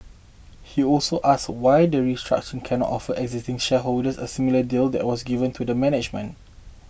he also asked why the restructuring cannot offer existing shareholders a similar deal there was given to the management